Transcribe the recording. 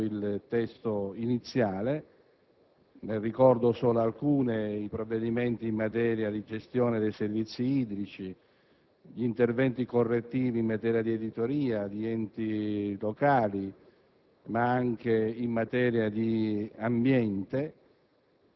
modifiche che hanno migliorato il testo iniziale. Ne ricordo solo alcune: le misure in materia di gestione dei servizi idrici, gli interventi correttivi in materia di editoria, di enti locali,